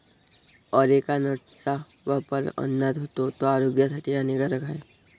areca नटचा वापर अन्नात होतो, तो आरोग्यासाठी हानिकारक आहे